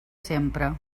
sempre